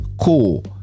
Cool